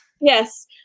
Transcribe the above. yes